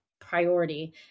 priority